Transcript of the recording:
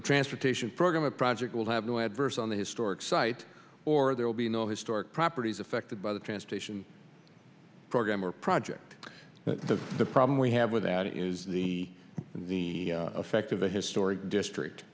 the transportation program a project will have no adverse on the historic site or there will be no historic properties affected by the transportation program or project the the problem we have with that is the effect of the historic district